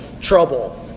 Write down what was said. trouble